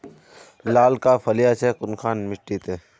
लालका फलिया छै कुनखान मिट्टी त?